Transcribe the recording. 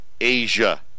Asia